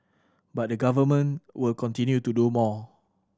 but the Government will continue to do more